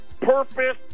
purpose